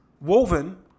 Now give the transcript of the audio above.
woven